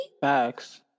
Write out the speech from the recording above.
facts